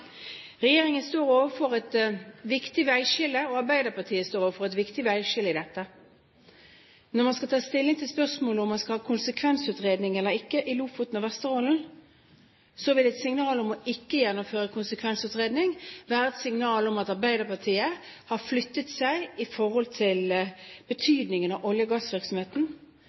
Regjeringen, og Arbeiderpartiet, står overfor et viktig veiskille her. Når man skal ta stilling til spørsmålet om man skal ha konsekvensutredning eller ikke i Lofoten og Vesterålen, vil et signal om ikke å gjennomføre konsekvensutredning være et signal om at Arbeiderpartiet har flyttet seg i forhold til betydningen av olje- og gassvirksomheten,